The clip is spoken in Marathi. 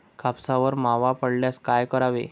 कापसावर मावा पडल्यास काय करावे?